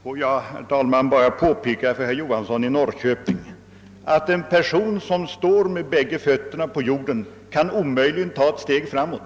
Herr talman! Får jag bara påpeka för herr Johansson i Norrköping, att en person som står med bägge fötterna på jorden kan omöjligen ta ett steg framåt.